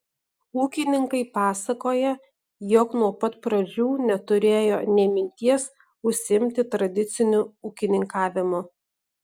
ūkininkai pasakoja jog nuo pat pradžių neturėjo nė minties užsiimti tradiciniu ūkininkavimu